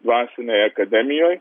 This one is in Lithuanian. dvasinėj akademijoj